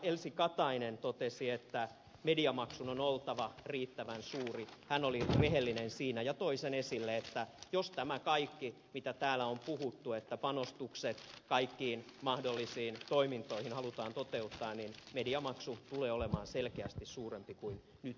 elsi katainen totesi että mediamaksun on oltava riittävän suuri hän oli rehellinen siinä ja toi sen esille että jos tämä kaikki mitä täällä on puhuttu että jos panostukset kaikkiin mahdollisiin toimintoihin halutaan toteuttaa niin mediamaksu tulee olemaan selkeästi suurempi kuin nyt julkisuudessa puhutaan